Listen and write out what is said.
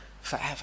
forever